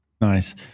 Nice